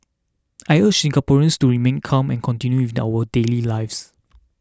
I urge Singaporeans to remain calm and continue with our daily lives